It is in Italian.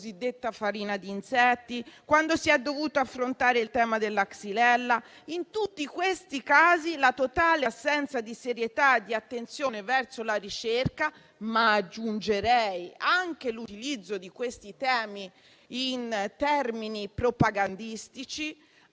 cosiddetta farina di insetti, quando si è dovuto affrontare il tema della *xylella*. In tutti questi casi, la totale assenza di serietà e di attenzione verso la ricerca, ma aggiungerei anche l'utilizzo di questi temi in termini propagandistici,